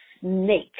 snake